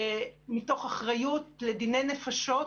מתוך אחריות לדיני נפשות,